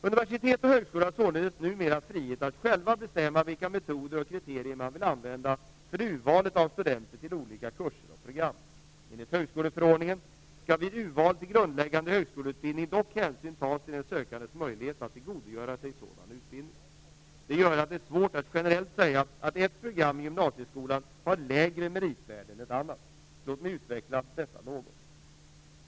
Universitet och högskolor har således numera frihet att själva bestämma vilka metoder och kriterier man vill använda för urvalet av studenter till olika kurser och program. Enligt högskoleförordningen skall vid urval till grundläggande högskoleutbildning dock hänsyn tas till den sökandes möjlighet att tillgodogöra sig sådan utbildning. Det gör att det är svårt att generellt säga att ett program i gymnasieskolan har lägre meritvärde än ett annat. Låt mig utveckla detta något.